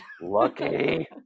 Lucky